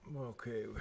okay